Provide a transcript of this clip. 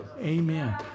amen